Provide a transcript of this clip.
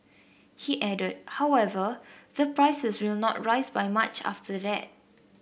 he added however that prices will not rise by much after that